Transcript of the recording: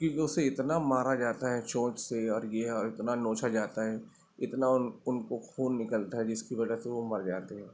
کیونکہ اسے اتنا مارا جاتا ہے چونچ سے اور یہ اور اتنا نوچا جاتا ہے اتنا ان کو خون نکلتا ہے جس کی وجہ سے وہ مر جاتے ہیں